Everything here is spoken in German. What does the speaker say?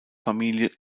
familie